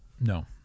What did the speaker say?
No